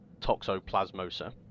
Toxoplasmosa